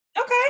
Okay